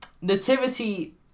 Nativity